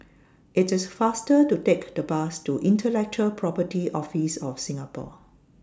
IT IS faster to Take The Bus to Intellectual Property Office of Singapore